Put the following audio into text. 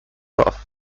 off